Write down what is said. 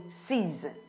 season